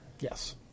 Yes